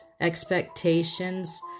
Expectations